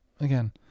again